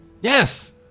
Yes